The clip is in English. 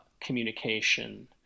communication